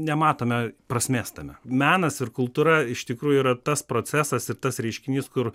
nematome prasmės tame menas ir kultūra iš tikrųjų yra tas procesas ir tas reiškinys kur